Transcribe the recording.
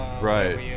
right